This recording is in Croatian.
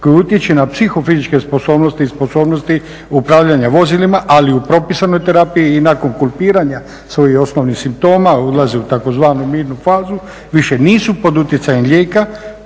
koji utječe na psihofizičke sposobnosti i sposobnosti upravljanja vozilima ali u propisanoj terapiji i na …/Govornik se ne razumije./… svojih osnovnih simptoma ulaze u tzv. mirnu fazu, više nisu pod utjecajem lijeka,